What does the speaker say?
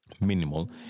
minimal